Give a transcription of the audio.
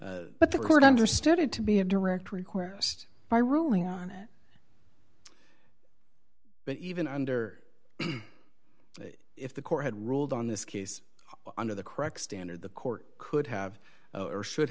but the court understood it to be a direct request by ruling on it but even under it if the court had ruled on this case under the correct standard the court could have or should